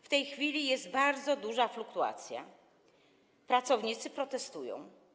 W tej chwili jest bardzo duża fluktuacja, pracownicy protestują.